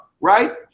right